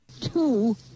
Two